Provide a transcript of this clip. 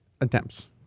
attempts